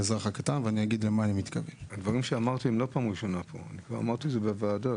זאת לא פעם ראשונה שאני אומר את הדברים בוועדה.